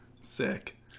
Sick